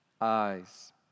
eyes